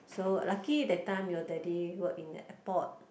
so lucky that time your daddy work in the airport